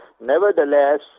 Nevertheless